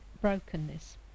brokenness